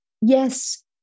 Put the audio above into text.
yes